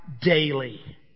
daily